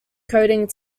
coding